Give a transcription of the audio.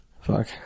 fuck